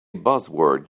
buzzword